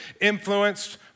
influenced